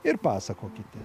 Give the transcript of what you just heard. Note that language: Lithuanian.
ir pasakokite